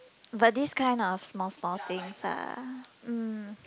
but this kind of small small things ah mm